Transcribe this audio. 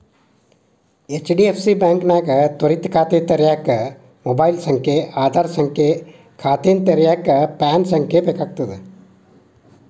HDFC ಬಾಂಕ್ನ್ಯಾಗ ತ್ವರಿತ ಖಾತೆ ತೆರ್ಯೋಕ ಮೊಬೈಲ್ ಸಂಖ್ಯೆ ಆಧಾರ್ ಸಂಖ್ಯೆ ಖಾತೆನ ತೆರೆಯಕ ಪ್ಯಾನ್ ಸಂಖ್ಯೆ ಬೇಕಾಗ್ತದ